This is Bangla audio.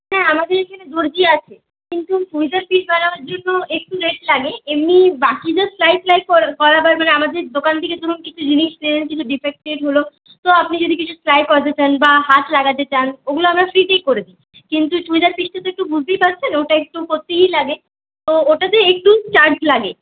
হ্যাঁ আমাদের এখানে দরজি আছে কিন্তু চুড়িদার পিস বানানোর জন্য একটু রেট লাগে এমনি বাকি যে সেলাই টেলাই করাবার মানে আমাদের দোকান থেকে ধরুন কিছু জিনিস নিলেন কিছু ডিফেক্টেড হলো তো আপনি যদি কিছু সেলাই করাতে চান বা হাত লাগাতে চান ওগুলো আমরা ফ্রিতেই করে দিই কিন্তু চুড়িদার পিসটা তো একটু বুঝতেই পারছেন ওটা একটু করতে ইয়ে লাগে তো ওটাতে একটু চার্জ লাগে